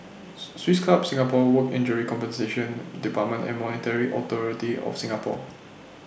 Swiss Club Singapore Work Injury Compensation department and Monetary Authority of Singapore